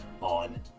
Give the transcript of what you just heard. on